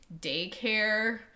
daycare